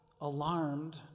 alarmed